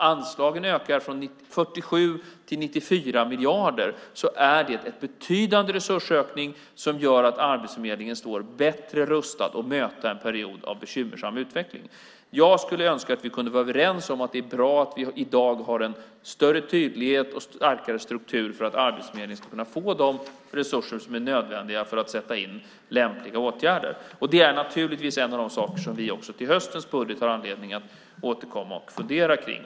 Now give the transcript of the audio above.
Anslagen ökar från 47 till 94 miljarder. Det är en betydande resursökning som gör att Arbetsförmedlingen står bättre rustad att möta en period av bekymmersam utveckling. Jag skulle önska att vi kunde vara överens om att det är bra att vi i dag har en större tydlighet och starkare struktur för att Arbetsförmedlingen ska kunna få de resurser som är nödvändiga för att sätta in lämpliga åtgärder. Det är naturligtvis en av de saker som vi också till höstens budget har anledning att återkomma och fundera kring.